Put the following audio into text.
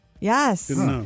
Yes